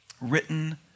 written